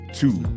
two